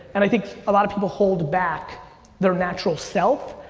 and i think a lot of people hold back their natural self,